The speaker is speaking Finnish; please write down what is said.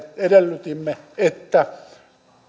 edellytimme että